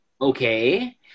Okay